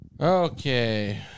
Okay